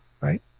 right